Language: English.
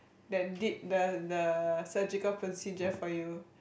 that did the the surgical procedure for you